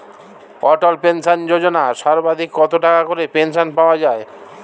অটল pension Yojana সর্বাধিক কত টাকা করে পেনশন পাওয়া যায়?